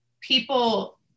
people